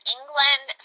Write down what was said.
England